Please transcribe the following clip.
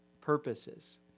purposes